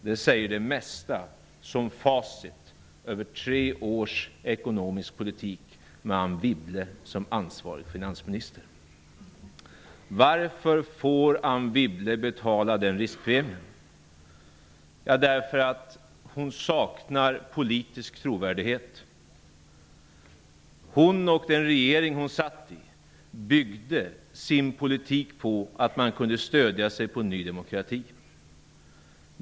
Det säger det mesta som facit över tre års ekonomisk politik med Anne Wibble som ansvarig finansminister. Varför får Anne Wibble betala den riskpremien? Jo, därför att hon saknar politisk trovärdighet. Hon och den regering som hon sitter i byggde sin politik på att man kunde stödja sig på Ny demokrati.